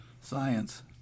science